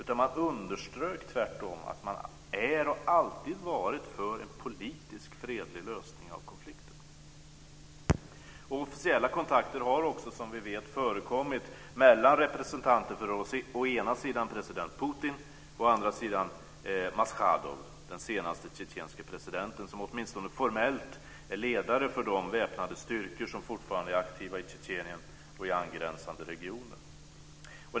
Tvärtom underströk man att man är och alltid har varit för en politisk fredlig lösning av konflikten. Officiella kontakter har också, som vi vet, förekommit mellan representanter för å ena sidan president Putin och å andra sidan Maschadov, den senaste tjetjenske presidenten, som åtminstone formellt är ledare för de väpnade styrkor som fortfarande är aktiva i Tjetjenien och i angränsande regioner.